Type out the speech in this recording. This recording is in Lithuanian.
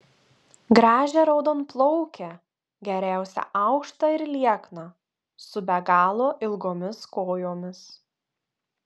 gražią raudonplaukę geriausia aukštą ir liekną su be galo ilgomis kojomis